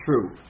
true